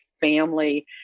family